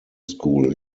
school